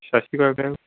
ਸਟੀ ਸ਼੍ਰੀ ਅਕਾਲ ਮੈਮ